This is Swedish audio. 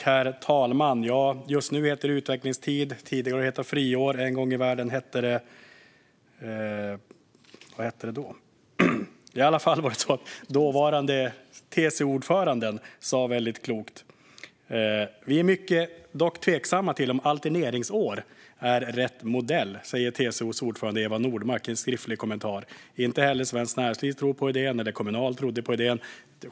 Herr talman! Just nu heter det utvecklingstid. Tidigare har det hetat friår. En gång i världen hette det något annat. Dåvarande TCO-ordföranden Eva Nordmark sa väldigt klokt: "Vi är dock tveksamma till om alterneringsår är rätt modell." Inte heller Svenskt Näringsliv eller Kommunal trodde på idén.